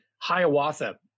hiawatha